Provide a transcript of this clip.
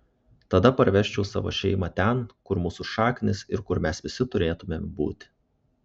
tada parvežčiau savo šeimą ten kur mūsų šaknys ir kur mes visi turėtumėm būti